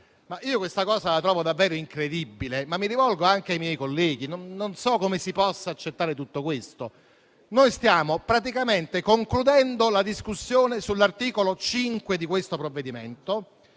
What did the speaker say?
Martella. Io lo trovo davvero incredibile, ma mi rivolgo anche ai miei colleghi, non so come si possa accettare tutto questo: stiamo praticamente concludendo la discussione sull'articolo 5, quindi sul cuore di questo